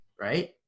right